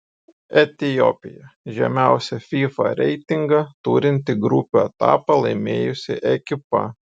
etiopija žemiausią fifa reitingą turinti grupių etapą laimėjusi ekipa